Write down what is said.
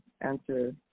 answer